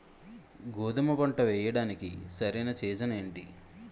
గోధుమపంట వేయడానికి సరైన సీజన్ ఏంటి?